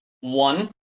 one